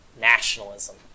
nationalism